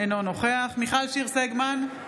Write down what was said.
אינו נוכח מיכל שיר סגמן,